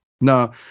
No